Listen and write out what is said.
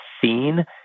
seen